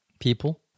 people